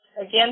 again